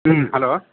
ம் ஹலோ